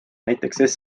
näiteks